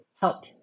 help